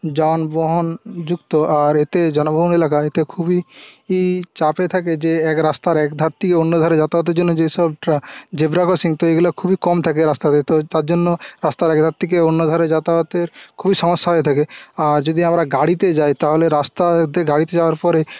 যানবহন যুক্ত আর এতে জনবহুল এলাকা এতে খুবই ই চাপে থাকে যে এক রাস্তার একধার থেকে অন্যধারে যাতায়াতের জন্য যে সব ট্রা জেবরা ক্রসিং তো এগুলো খুবই কম থাকে রাস্তাতে তো তার জন্য রাস্তার একধার থেকে অন্যধারে যাতায়াতের খুবই সমস্যা হয়ে থাকে আর যদি আমরা গাড়িতে যাই তাহলে রাস্তাতে গাড়িতে যাওয়ার পরে